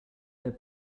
their